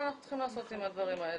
אנחנו צריכים לעשות עם הדברים האלה.